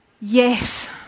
Yes